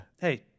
Hey